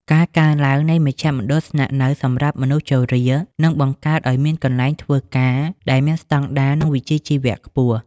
ការកើនឡើងនៃមជ្ឈមណ្ឌលស្នាក់នៅសម្រាប់មនុស្សជរា នឹងបង្កើតឱ្យមានកន្លែងធ្វើការដែលមានស្តង់ដារ និងវិជ្ជាជីវៈខ្ពស់។